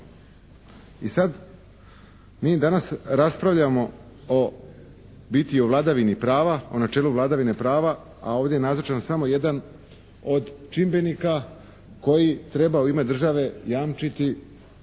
I sada, mi danas raspravljamo u biti o načelu vladavine prava a ovdje je nazočan samo jedan od čimbenika koji treba u ime države jamčiti